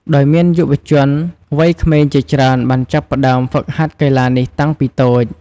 ដោយមានយុវជនវ័យក្មេងជាច្រើនបានចាប់ផ្ដើមហ្វឹកហាត់កីឡានេះតាំងពីតូច។